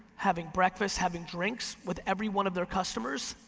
having breakfasts, having drinks with every one of their customers,